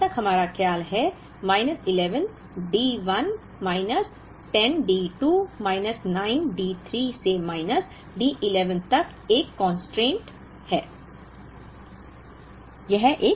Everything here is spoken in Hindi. अब जहां तक हमारा ख्याल है minus 11 D 1 minus 10 D 2 minus 9 D 3 से माइनस D 11 तक एक स्थिर कांस्टेंट है